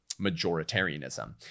majoritarianism